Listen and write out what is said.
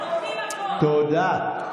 תודה.